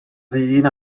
ddyn